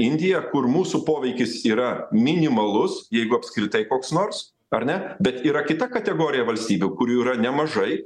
indija kur mūsų poveikis yra minimalus jeigu apskritai koks nors ar ne bet yra kita kategorija valstybių kurių yra nemažai